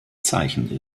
zeichen